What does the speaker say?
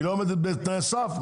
היא לא עומדת בתנאי הסף?